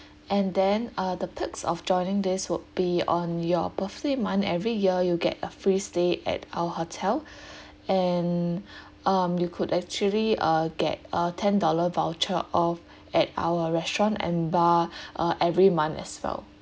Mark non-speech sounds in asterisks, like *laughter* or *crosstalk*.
and then uh the perks of joining this would be on your birthday month every year you get a free stay at our hotel and *breath* um you could actually uh get a ten dollar voucher off at our restaurant and bar uh every month as well